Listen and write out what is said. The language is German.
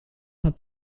hat